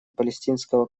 палестинского